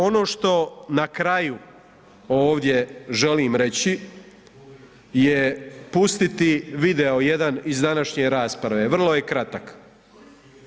Ono što na kraju ovdje želim reći je pustiti video jedan iz današnje rasprave, vrlo je kratak.